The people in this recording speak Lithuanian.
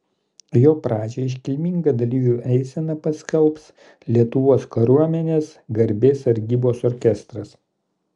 jo pradžią iškilminga dalyvių eisena paskelbs lietuvos kariuomenės garbės sargybos orkestras